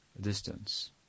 distance